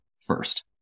first